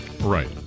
Right